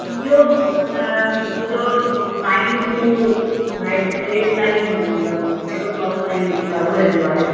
मुंहिंजो मुंहिंजो nine to night में एट ताईं मतिलबु एट ओ क्लॉक ताईं चालू रहंदो आहे